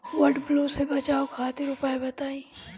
वड फ्लू से बचाव खातिर उपाय बताई?